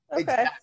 Okay